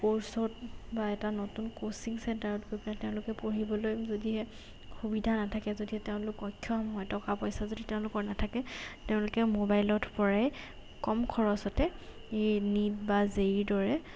ক'ৰ্ছত বা এটা নতুন ক'চিং চেণ্টাৰত গৈ পেলাই তেওঁলোকে পঢ়িবলৈ যদিহে সুবিধা নাথাকে যদিহে তেওঁলোক অক্ষম হয় টকা পইচা যদি তেওঁলোকৰ নাথাকে তেওঁলোকে মোবাইলৰ পৰাই কম খৰচতে এই নীট বা জেইৰ দৰে